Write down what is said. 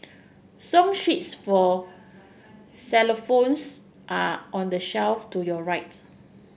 song sheets for xylophones are on the shelf to your right